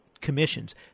commissions